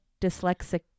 dyslexic